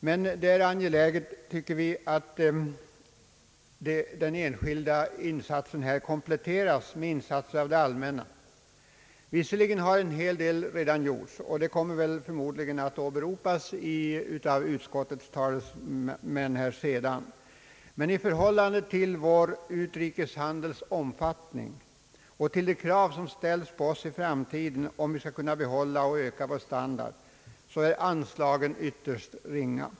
Men vi anser det angeläget att den enskilda insatsen här kompletteras med insatser av det allmänna. Visserligen har en hel del redan gjorts, vilket förmodligen kommer att åberopas av utskottets talesmän senare. I förhållande till vår utrikes handels omfattning och till de krav som ställs på oss för framtiden när det gäller att kunna behålla och öka vår standard så är dock anslagen ytterst ringa.